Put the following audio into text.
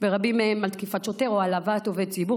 ורבים מהם על תקיפת שוטר או על העלבת עובד ציבור,